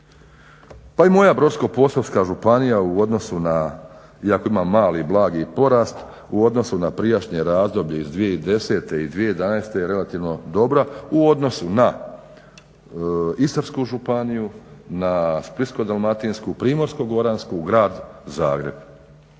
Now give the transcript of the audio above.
Pa i moja Brodsko-posavska županija u odnosu na, iako ima mali, blagi porast u odnosu na prijašnje razdoblje iz 2010. i 2011. relativno dobra u odnosu na Istarsku županiju, na Splitsko-dalmatinsku, Primorsko-goransku, grad Zagreb.